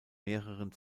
mehreren